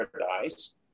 paradise